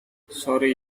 sorry